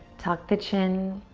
tuck the chin,